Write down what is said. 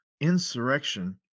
insurrection